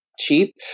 cheap